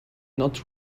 not